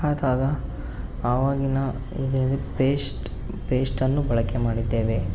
ಆದಾಗ ಆವಾಗಿನ ಎಲೆಯಲ್ಲಿ ಪೇಸ್ಟ್ ಪೇಸ್ಟನ್ನು ಬಳಕೆ ಮಾಡಿದ್ದೇವೆ